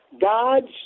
Gods